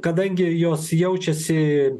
kadangi jos jaučiasi